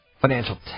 Financial